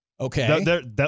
Okay